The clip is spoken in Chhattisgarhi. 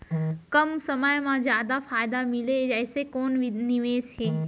कम समय मा जादा फायदा मिलए ऐसे कोन निवेश हे?